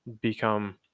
become